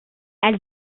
elle